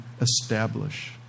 establish